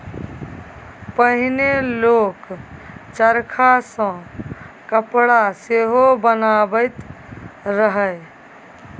पहिने लोक चरखा सँ कपड़ा सेहो बनाबैत रहय